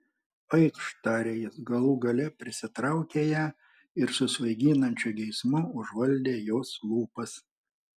eikš tarė jis galų gale prisitraukė ją ir su svaiginančiu geismu užvaldė jos lūpas